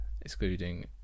excluding